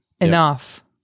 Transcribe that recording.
enough